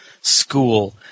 school